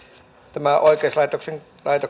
tämä oikeuslaitoksien